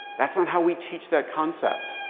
that's not how we teach that concept.